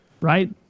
right